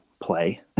play